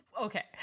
okay